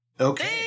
Okay